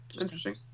Interesting